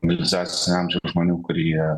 mobilizacinio amžiaus žmonių kurie